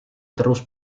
terus